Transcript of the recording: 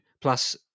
plus